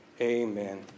Amen